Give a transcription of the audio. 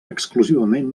exclusivament